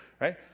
right